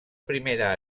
primera